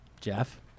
Jeff